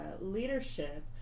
leadership